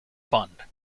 fund